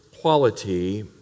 quality